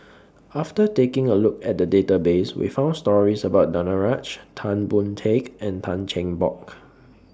after taking A Look At The Database We found stories about Danaraj Tan Boon Teik and Tan Cheng Bock